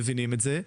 מבינים את זה,